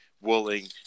willing